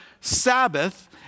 Sabbath